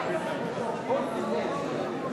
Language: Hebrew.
נתקבלה.